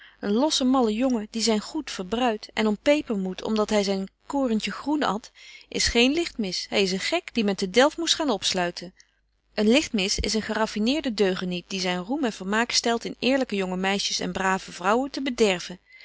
een losse malle jongen die zyn goed verbruit en om peper moet om dat hy zyn koorntje groen at is geen lichtmis hy is een gek die men te delft moest gaan opsluiten een lichtmis is een gerafineerde deugeniet die zyn roem en vermaak stelt in eerlyke jonge meisjes en brave vrouwen te bederven